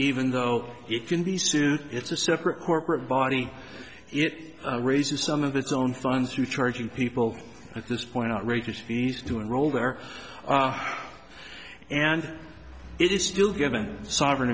even though it can be sued it's a separate corporate body it raises some of its own funds to charging people at this point outrageous fees to enroll there and it is still giving sovereign